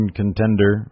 contender